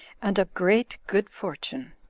and of great good fortune.